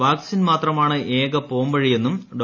vaccine മാത്രമാണ് ഏക പോംവഴിയെന്നും ഡോ